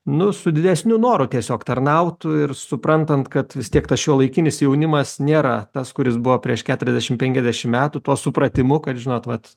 nu su didesniu noru tiesiog tarnautų ir suprantant kad vis tiek tas šiuolaikinis jaunimas nėra tas kuris buvo prieš keturiasdešim penkiasdešim metų tuo supratimu kad žinot vat